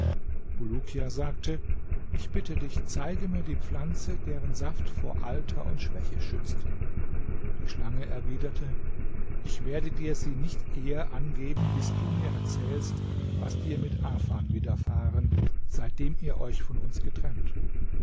bulukia sagte ich bitte dich zeige mir die pflanze deren saft vor alter und schwäche schützt die schlange erwiderte ich werde dir sie nicht eher angeben bis du mir erzählst was dir mit afan widerfahren seitdem ihr euch von uns getrennt